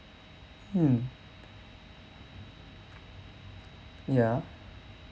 mm ya